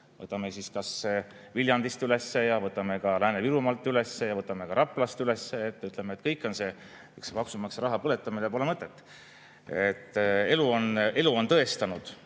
võtame ka Viljandist ülesse ja võtame ka Lääne-Virumaalt ülesse ja võtame ka Raplast ülesse, ütleme, et kõik on üks maksumaksja raha põletamine ja pole mõtet. Elu on tõestanud,